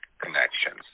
connections